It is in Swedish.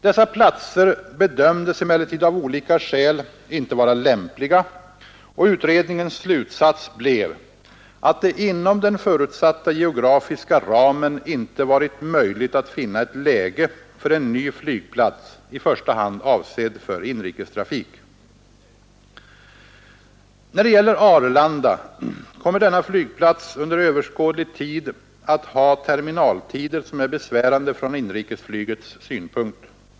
Dessa platser bedömdes emellertid av olika skäl inte vara lämpliga, och utredningens slutsats blev, att det inom den förutsatta geografiska ramen inte varit möjligt att finna ett läge för en ny flygplats i första hand avsedd för inrikestrafik. När det gäller Arlanda kommer denna flygplats under överskådlig tid att ha terminaltider som är besvärande från inrikesflygets synpunkt.